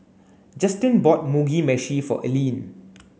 Justin bought Mugi meshi for Alene